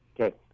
Okay